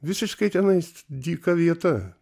visiškai tenais dyka vieta